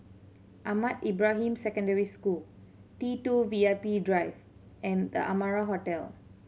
Ahmad Ibrahim Secondary School T two VIP Drive and The Amara Hotel